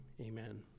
amen